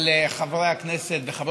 רמ"י, רשות